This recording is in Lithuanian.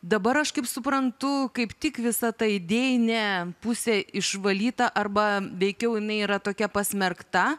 dabar aš kaip suprantu kaip tik visa ta idėjinė pusė išvalyta arba veikiau jinai yra tokia pasmerkta